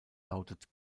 lautet